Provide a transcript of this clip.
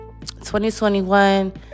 2021